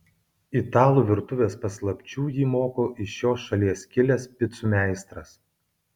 italų virtuvės paslapčių jį moko iš šios šalies kilęs picų meistras